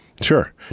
Sure